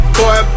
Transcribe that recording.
boy